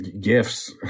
gifts